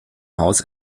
haus